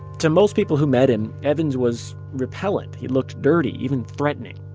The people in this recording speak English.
to most people who met him, evans was repellant. he looked dirty, even threatening.